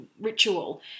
ritual